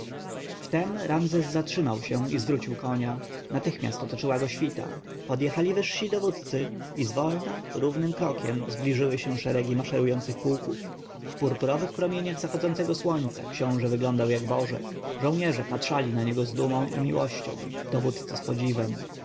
wtem ramzes zatrzymał się i zawrócił konia natychmiast otoczyła go świta podjechali wyżsi dowódcy i zwolna równym krokiem zbliżyły się szeregi maszerujących pułków w purpurowych promieniach zachodzącego słońca książę wyglądał jak bożek żołnierze patrzyli na niego z dumą i miłością dowódcy z podziwem